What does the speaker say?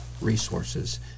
resources